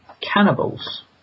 cannibals